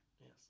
yes